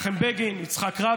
מה אתם מתרגשים כל כך?